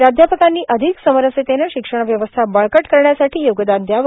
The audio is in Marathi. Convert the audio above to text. प्राध्यापकांनी अधिक समरसतेनं शिक्षण व्यवस्था बळकट करण्यासाठी योगदान द्यावे